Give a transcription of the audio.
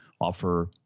offer